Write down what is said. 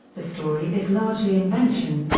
the story is largely invention.